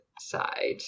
side